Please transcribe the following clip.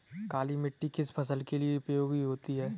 काली मिट्टी किस फसल के लिए उपयोगी होती है?